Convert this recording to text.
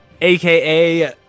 aka